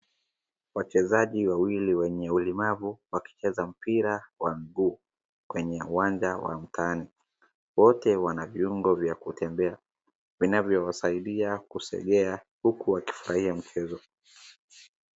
Wachezaji wawili wenye ulemavu wakicheza mpira wa mguu kwenye uwanja wa mtaani. Wote wana viungo vya kutembea, vinavyowasaidia kusegea huku wakifurahia mchezo.